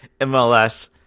mls